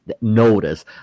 notice